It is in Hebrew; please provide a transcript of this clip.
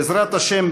בעזרת השם,